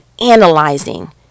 analyzing